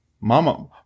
Mama